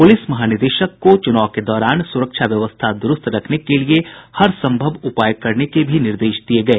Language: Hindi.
प्रलिस महानिदेशक को चुनाव के दौरान सुरक्षा व्यवस्था दुरूस्त रखने के लिए हर संभव उपाय करने के भी निर्देश दिये गये